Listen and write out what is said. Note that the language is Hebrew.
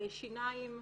שיניים,